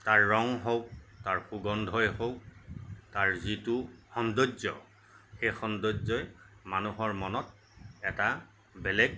তাৰ ৰং হওক তাৰ সুগন্ধই হওক তাৰ যিটো সৌন্দৰ্য সেই সৌন্দৰ্যই মানুহৰ মনত এটা বেলেগ